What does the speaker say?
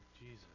Jesus